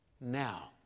now